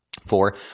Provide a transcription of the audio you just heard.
Four